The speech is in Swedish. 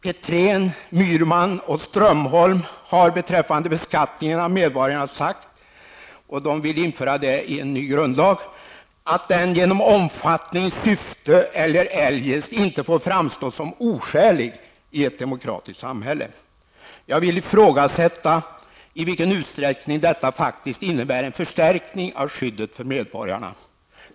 Petrén, Myhrman och Strömholm har beträffande beskattningen av medborgarna -- och de vill införa det i en ny grundlag -- sagt att ''den genom omfattning, syfte eller eljest inte får framstå som oskälig i ett demokratiskt samhälle''. Jag ifrågasätter i vilken utsträckning detta faktiskt innebär en förstärkning av skyddet för medborgarna.